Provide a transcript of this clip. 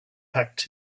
packed